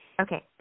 Okay